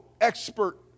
expert